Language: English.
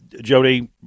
Jody